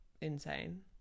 insane